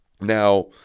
Now